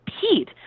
Pete